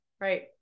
Right